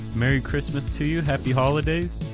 merry christmas to you, happy holidays.